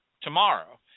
tomorrow